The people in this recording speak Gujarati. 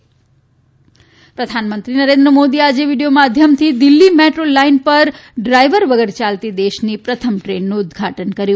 પીએમ મેટ્રો પ્રધાનમંત્રી નરેન્ મોદીએ આજે વિડિયો માધ્યમથી દિલ્હી મેટ્રો લાઇન પર ડ્રાઇવર વગર યાલતી દેશની પ્રથમ ટ્રેનનું ઉદઘાટન કર્યું